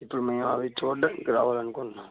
ఇప్పుడు మేం అవ్వీ చూడ్డానికి రావలనుకుంటున్నాం సర్